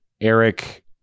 Eric